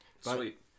Sweet